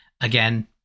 Again